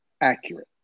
accurate